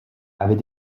avait